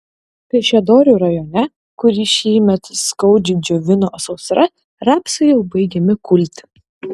kaišiadorių rajone kurį šįmet skaudžiai džiovino sausra rapsai jau baigiami kulti